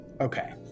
Okay